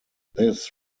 this